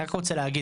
אני רק רוצה להגיד,